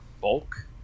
bulk